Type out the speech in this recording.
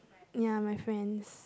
ya my friends